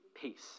Peace